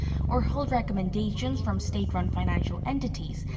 or hold recommendations from state-run financial entities.